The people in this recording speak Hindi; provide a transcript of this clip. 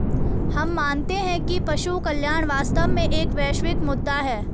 हम मानते हैं कि पशु कल्याण वास्तव में एक वैश्विक मुद्दा है